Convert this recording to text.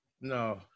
No